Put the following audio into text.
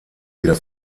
wieder